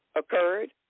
occurred